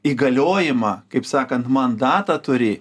įgaliojimą kaip sakant mandatą turi